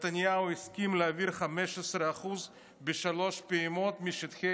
נתניהו הסכים להעביר בשלוש פעימות 15% משטחי